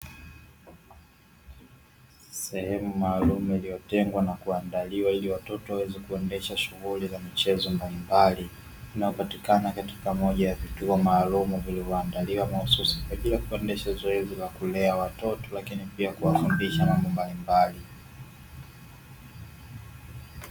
Sehemu maalumu iliyotengwa na kuandaliwa ili watoto waweze kuendesha shughuli za michezo mbalimbali, inayopatikana katika moja ya vituo maalumu vilivyoandaliwa mahususi kwa ajili ya kuendesha zoezi la kulea watoto lakini pia kuwafundisha mambo mbalimbali.